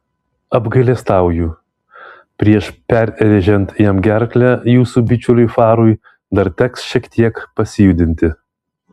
apgailestauju prieš perrėžiant jam gerklę jūsų bičiuliui farui dar teks šiek tiek pasijudinti